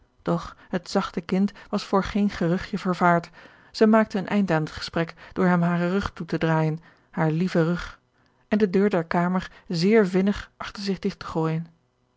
doch het zachte kind was voor geen geruchtje vervaard zij maakte een einde aan het gesprek door hem haren rug toe te draaijen haren lieven rug en de deur der kamer zeer vinnig achter zich digt te gooijen